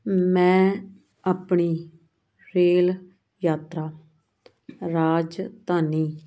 ਮੈਂ ਆਪਣੀ ਰੇਲ ਯਾਤਰਾ ਰਾਜਧਾਨੀ